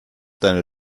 deine